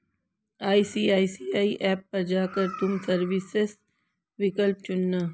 ICICI app पर जा कर तुम सर्विसेस विकल्प चुनना